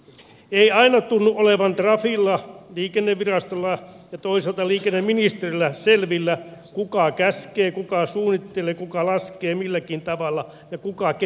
ei aina tunnu olevan trafilla liikennevirastolla ja toisaalta liikenneministerillä selvillä kuka käskee kuka suunnittelee kuka laskee milläkin tavalla ja kuka ketäkin valvoo